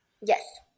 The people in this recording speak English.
Yes